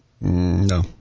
No